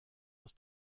aus